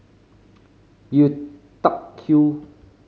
Lui Tuck Yew